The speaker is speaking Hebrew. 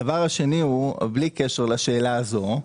הדבר השני, ללא קשר לשאלה הזו,